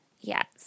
Yes